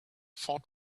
fought